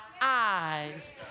eyes